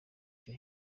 icyo